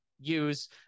use